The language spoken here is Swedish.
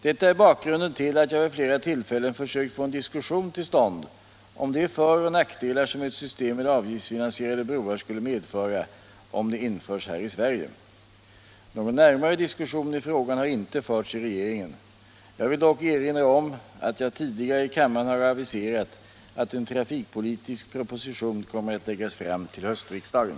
Detta är bakgrunden till att jag vid flera tillfällen försökt få en diskussion till stånd om de för och nackdelar som ett system med avgiftsfinansierade broar skulle medföra om det införs här i Sverige. Någon närmare diskussion i frågan har inte förts i regeringen. Jag vill dock erinra om att jag tidigare i kammaren har aviserat att en trafikpolitisk proposition kommer att läggas fram till höstriksdagen.